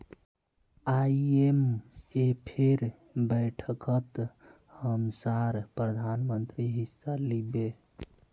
आईएमएफेर बैठकत हमसार प्रधानमंत्री हिस्सा लिबे